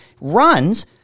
runs